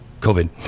COVID